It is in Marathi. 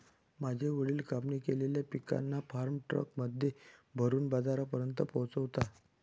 माझे वडील कापणी केलेल्या पिकांना फार्म ट्रक मध्ये भरून बाजारापर्यंत पोहोचवता